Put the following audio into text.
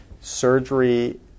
Surgery